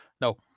no